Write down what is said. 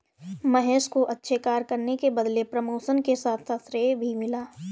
महेश को अच्छे कार्य करने के बदले प्रमोशन के साथ साथ श्रेय भी मिला